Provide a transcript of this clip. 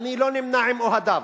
ואני לא נמנה עם אוהדיו